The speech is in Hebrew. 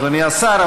אדוני השר,